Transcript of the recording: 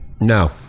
No